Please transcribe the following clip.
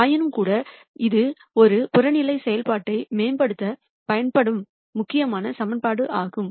ஆயினும்கூட இது ஒரு புறநிலை செயல்பாட்டை மேம்படுத்த பயன்படும் முக்கியமான சமன்பாடு ஆகும்